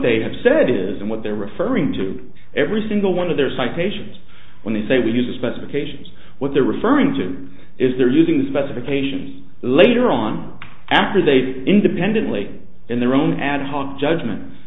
they have said is and what they're referring to every single one of their citations when they say we use the specifications what they're referring to is they're using the specifications later on after they independently in their own ad hoc judgments